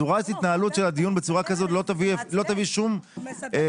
צורת ההתנהלות של הדיון בצורה כזאת לא תביא שום אפקטיביות.